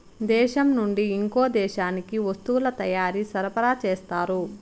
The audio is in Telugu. దేశం నుండి ఇంకో దేశానికి వస్తువుల తయారీ సరఫరా చేస్తారు